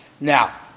Now